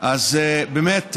אז באמת,